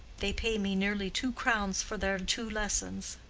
they pay me nearly two crowns for their two lessons.